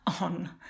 on